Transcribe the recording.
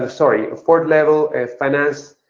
ah sorry, fourth level finance,